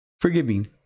forgiving